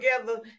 together